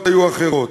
נוכח,